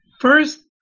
first